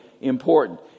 important